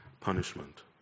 punishment